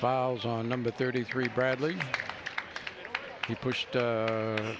files on number thirty three bradley he pushed